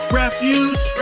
refuge